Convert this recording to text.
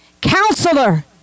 Counselor